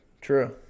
True